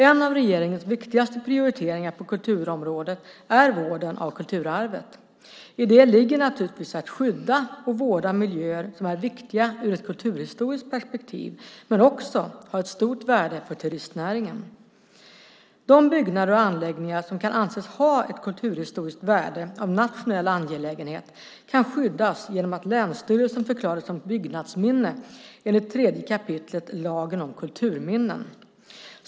En av regeringens viktigaste prioriteringar på kulturområdet är vården av kulturarvet. I det ligger naturligtvis att skydda och vårda miljöer som är viktiga ur ett kulturhistoriskt perspektiv men också har ett stort värde för turistnäringen. De byggnader och anläggningar som kan anses ha ett kulturhistoriskt värde av nationell angelägenhet kan skyddas genom att länsstyrelsen förklarar det som byggnadsminne enligt 3 kap. lagen om kulturminnen.